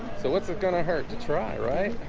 so what's it gonna hurt to try right?